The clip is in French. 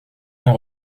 ont